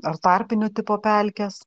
ar tarpinio tipo pelkės